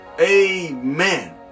Amen